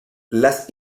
las